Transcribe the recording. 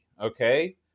okay